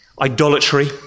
idolatry